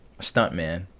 stuntman